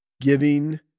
Giving